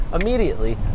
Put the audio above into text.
immediately